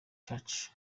church